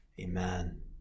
amen